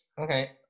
okay